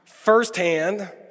Firsthand